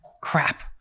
Crap